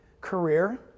career